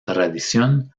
tradición